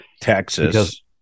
Texas